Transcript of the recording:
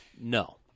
No